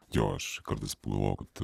jo aš kartais pagalvoju kad